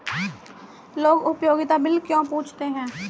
लोग उपयोगिता बिल क्यों पूछते हैं?